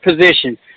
position